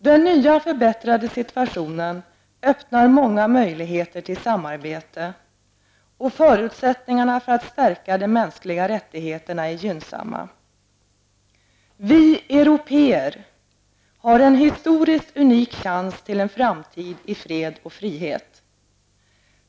Den nya förbättrade situationen öppnar många möjligheter till samarbete, och förutsättningarna för att stärka de mänskliga rättigheterna är gynnsamma. Vi européer har en historisk unik chans till en framtid i fred och frihet.